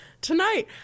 tonight